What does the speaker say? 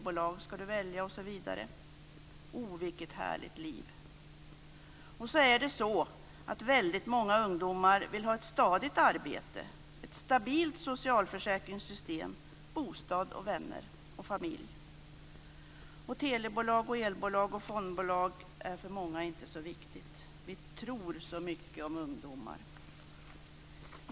O, vilket härligt liv! Och ändå är det så att väldigt många ungdomar vill ha ett stadigt arbete, ett stabilt socialförsäkringssystem, bostad, vänner och familj. Telebolag, elbolag och fondbolag är för många inte så viktigt. Vi tror så mycket om ungdomar.